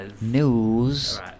News